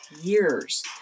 years